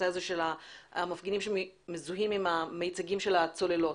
הזה של המפגינים שמזוהים עם המיצגים של הצוללות.